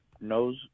knows